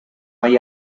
hay